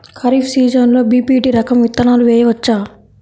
ఖరీఫ్ సీజన్లో బి.పీ.టీ రకం విత్తనాలు వేయవచ్చా?